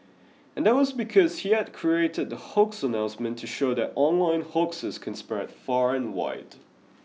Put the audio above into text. and that was because he had created the hoax announcement to show that online hoaxes can spread far and wide